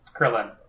krillin